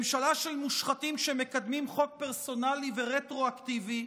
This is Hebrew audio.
ממשלה של מושחתים שמקדמים חוק פרסונלי ורטרואקטיבי,